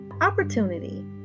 Opportunity